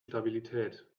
stabilität